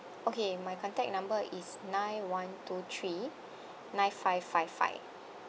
okay my contact number is nine one two three nine five five five